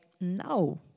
no